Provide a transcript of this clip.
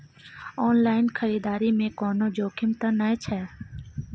Online खरीददारी में कोनो जोखिम त नय छै?